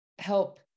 help